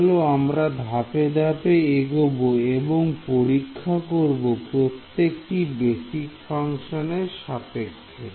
চলো আমরা ধাপে ধাপে এগোবো এবং পরীক্ষা করব প্রত্যেকটি বেসিক ফাংশানের সাপেক্ষে